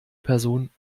person